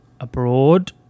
abroad